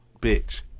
bitch